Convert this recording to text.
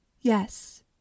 Yes